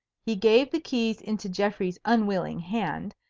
he gave the keys into geoffrey's unwilling hand,